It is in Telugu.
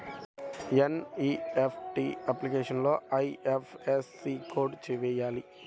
ఎన్.ఈ.ఎఫ్.టీ అప్లికేషన్లో ఐ.ఎఫ్.ఎస్.సి కోడ్ వేయాలా?